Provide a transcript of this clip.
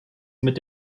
mit